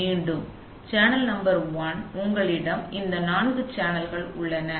மீண்டும் channel number one எனவே உங்களிடம் இந்த நான்கு சேனல்கள் உள்ளன